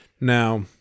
Now